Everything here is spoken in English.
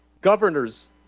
governors